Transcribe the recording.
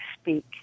speak